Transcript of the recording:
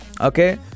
Okay